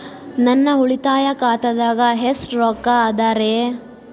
ನನ್ನ ಉಳಿತಾಯ ಖಾತಾದಾಗ ಎಷ್ಟ ರೊಕ್ಕ ಅದ ರೇ?